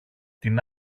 την